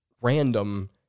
random